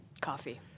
Coffee